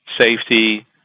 safety